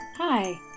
Hi